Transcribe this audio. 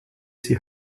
sie